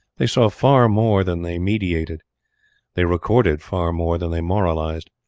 they saw far more than they meditated they recorded far more than they moralized.